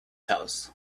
house